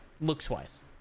Looks-wise